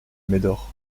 médor